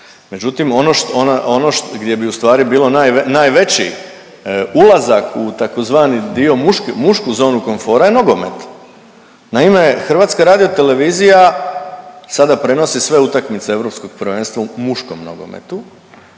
Međutim ono, ono gdje bi ustvari bio najveći ulazak u tzv. dio mušku zonu komfora je nogomet. Naime, HRT sada prenosi sve utakmice Europskog prvenstva u muškom nogometu,